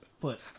foot